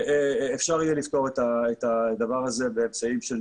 אפשר יהיה לפתור את הדבר הזה באמצעים של